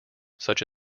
such